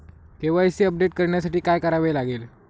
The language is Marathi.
के.वाय.सी अपडेट करण्यासाठी काय करावे लागेल?